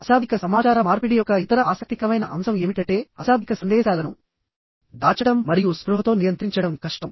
అశాబ్దిక సమాచార మార్పిడి యొక్క ఇతర ఆసక్తికరమైన అంశం ఏమిటంటే అశాబ్దిక సందేశాలను దాచడం మరియు స్పృహతో నియంత్రించడం కష్టం